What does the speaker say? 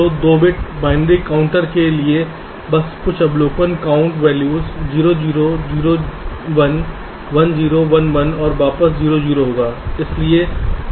तो 2 bit binary counter के लिए बस कुछ अवलोकन काउंट वैल्यू 0 0 0 1 1 0 1 1 और वापस 0 0 होगा